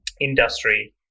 industry